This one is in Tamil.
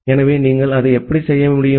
எனவே நீங்கள் அதை எப்படி செய்ய முடியும்